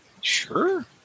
Sure